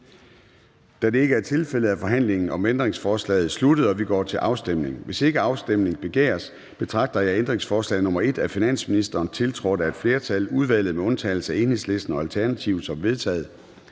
Da det ikke er tilfældet, er forhandlingen om ændringsforslaget sluttet, og vi går til afstemning. Kl. 13:14 Afstemning Formanden (Søren Gade): Hvis ikke afstemning begæres, betragter jeg ændringsforslag nr. 1 af finansministeren, tiltrådt af et flertal (udvalget med undtagelse af EL og ALT), som vedtaget.